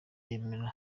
yemereye